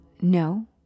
no